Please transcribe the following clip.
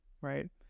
right